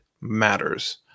matters